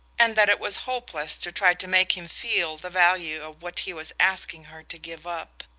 and that it was hopeless to try to make him feel the value of what he was asking her to give up.